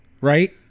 Right